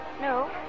No